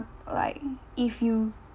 like if you